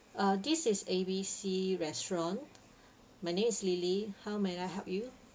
uh this is A B C restaurant my name is lily how may I help you